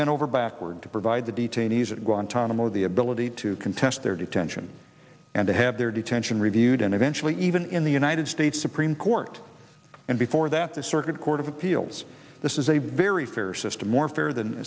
bent over backward to provide the detainees at guantanamo the ability to contest their detention and to have their detention reviewed and eventually even in the united states supreme court and before that the circuit court of appeals this is a very fair system more fair than